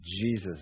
Jesus